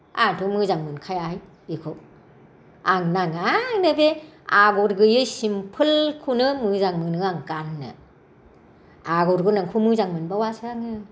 आंहाथ' मोजां मोनखायाहाय बेखौ आंनो नाङा आंनो बे आगर गैयै सिम्पोलखौनो मोजां मोनो आं गाननो आगर गोनांखौ मोजां मोनबावासो आङो